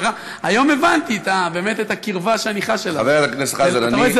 היום הבנתי את הקרבה שאני חש אליו, אתה רואה?